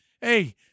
Hey